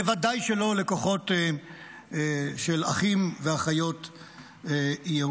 בוודאי שלא לכוחות של אחים ואחיות יהודים.